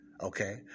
Okay